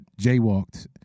jaywalked